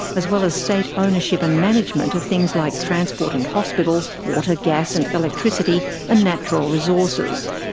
as well as state ownership and management of things like transport and hospitals, water, gas and electricity and natural resources.